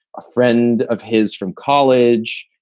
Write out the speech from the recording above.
a friend of his from college.